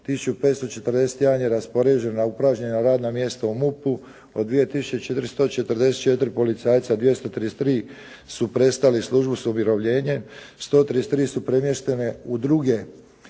1541 je raspoređen na upražnjena radna mjesta u MUP-u. Od 2444 policajca 233 su prestali službu s umirovljenjem, 133 su premješteni u druge